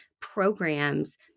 programs